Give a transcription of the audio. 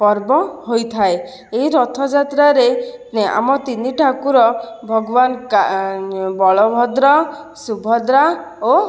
ପର୍ବ ହୋଇଥାଏ ଏହି ରଥଯାତ୍ରାରେ ଆମ ତିନି ଠାକୁର ଭଗବାନ କା ବଳଭଦ୍ର ସୁଭଦ୍ରା ଓ